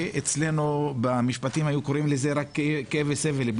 אצלנו במשפטים היו אומרים שזה רק פיצוי על כאב וסבל,